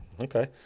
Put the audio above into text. Okay